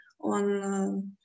on